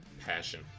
Passion